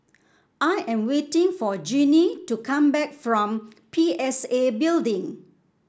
I am waiting for Genie to come back from P S A Building